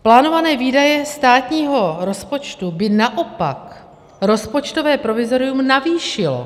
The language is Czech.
Plánované výdaje státního rozpočtu by naopak rozpočtové provizorium navýšilo.